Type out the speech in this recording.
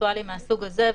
וירטואליים מהסוג הזה,